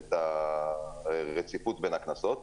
את הרציפות בין הכנסות.